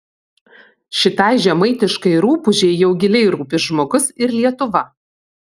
šitai žemaitiškai rupūžei jau giliai rūpi žmogus ir lietuva